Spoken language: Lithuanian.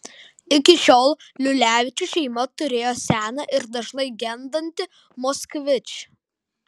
iki šiol liulevičių šeima turėjo seną ir dažnai gendantį moskvič